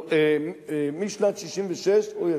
משנת 66. אוי,